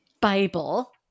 Bible